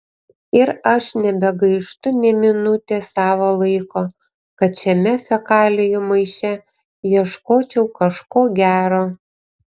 ir aš nebegaištu nė minutės savo laiko kad šiame fekalijų maiše ieškočiau kažko gero